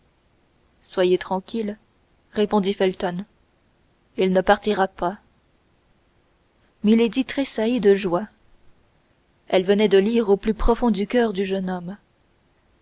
soyez tranquille répondit felton il ne partira pas milady tressaillit de joie elle venait de lire au plus profond du coeur du jeune homme